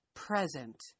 present